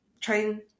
train